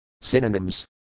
Synonyms